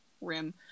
rim